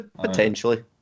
potentially